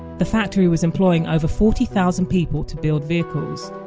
the factory was employing over forty thousand people to build vehicles.